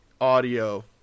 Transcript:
audio